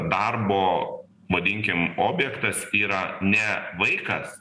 darbo vadinkim objektas yra ne vaikas